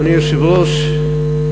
אדוני היושב-ראש,